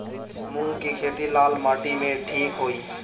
मूंग के खेती लाल माटी मे ठिक होई?